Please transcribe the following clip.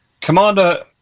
Commander